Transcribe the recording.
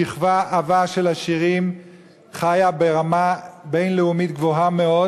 שכבה עבה של עשירים חיה ברמה בין-לאומית גבוהה מאוד,